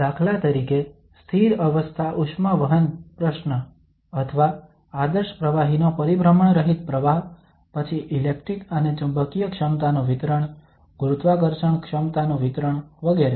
દાખલા તરીકે સ્થિર અવસ્થા ઉષ્મા વહન પ્રશ્ન અથવા આદર્શ પ્રવાહીનો પરિભ્રમણ રહિત પ્રવાહ પછી ઇલેક્ટ્રિક અને ચુંબકીય ક્ષમતા નું વિતરણ ગુરુત્વાકર્ષણ ક્ષમતા નું વિતરણ વગેરે